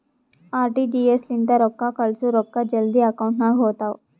RTGS ಲಿಂತ ರೊಕ್ಕಾ ಕಳ್ಸುರ್ ರೊಕ್ಕಾ ಜಲ್ದಿ ಅಕೌಂಟ್ ನಾಗ್ ಹೋತಾವ್